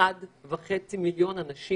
תתחילו להביא ל-1.5 מיליון אנשים